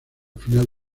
final